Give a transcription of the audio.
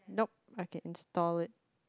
nope I can install it